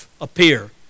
appear